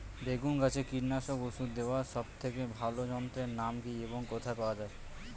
বেগুন গাছে কীটনাশক ওষুধ দেওয়ার সব থেকে ভালো যন্ত্রের নাম কি এবং কোথায় পাওয়া যায়?